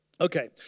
Okay